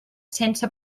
sense